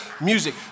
music